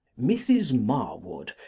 mrs. marwood,